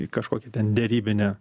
į kažkokį ten derybinę